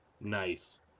nice